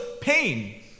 pain